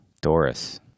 Doris